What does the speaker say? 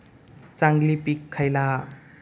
चांगली पीक खयला हा?